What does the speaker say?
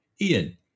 Ian